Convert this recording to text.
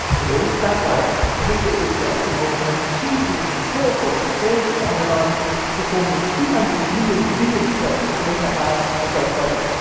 we all start life as a single cell. it multiples to two. two becomes four. four becomes eight, and on and on to form the two hundred million billion cells that make up our adult body.